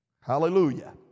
Hallelujah